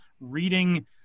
reading